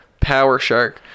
powershark